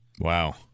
Wow